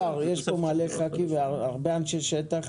אדוני השר, יש פה הרבה חברי כנסת ואנשי שטח.